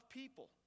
people